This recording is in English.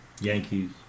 Yankees